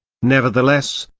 nevertheless,